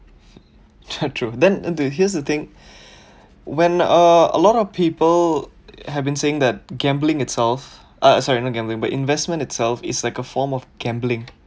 true then here's the thing when uh a lot of people have been saying that gambling itself uh sorry not gambling but investment itself is like a form of gambling